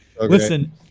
Listen